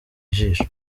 ijisho